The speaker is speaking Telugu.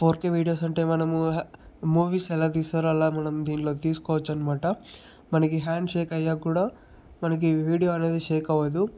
ఫోర్కే వీడియోస్ అంటే మనము మూవీస్ ఎలా తీస్తారో అలా మనం దీనిలో తీసుకోవచ్చనమాట మనకి హ్యాండ్ షేక్ అయినా కూడా మనకి వీడియో అనేది షేక్ అవ్వదు